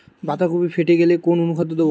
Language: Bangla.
বাঁধাকপি ফেটে গেলে কোন অনুখাদ্য দেবো?